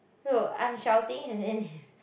no I'm shouting and then he's